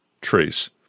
trace